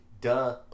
Duh